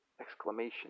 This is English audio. exclamation